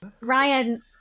Ryan